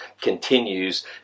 continues